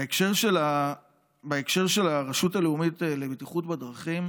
בהקשר של הרשות הלאומית לבטיחות בדרכים,